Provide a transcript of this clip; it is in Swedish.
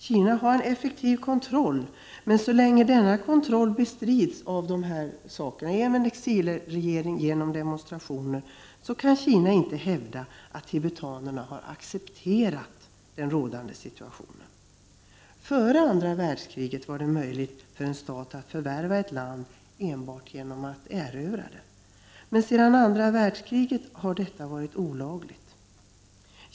Kina har effektiv kontroll, men så länge denna kontroll bestrids genom en exilregering och genom demonstrationer kan Kina inte hävda att tibetanerna har accepterat den rådande situationen. Före andra världskriget var det möjligt för en stat att förvärva ett land enbart genom att erövra det, men sedan andra världskriget har detta varit olagligt.